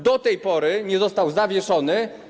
Do tej pory nie został zawieszony.